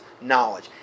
knowledge